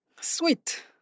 Sweet